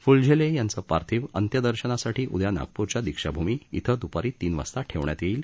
फुलझेले यांचं पार्थिव अंत्यदर्शनासाठी उद्या नागपूरच्या दीक्षाभूमी इथं द्पारी तीन वाजता ठेवण्यात येईल